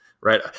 Right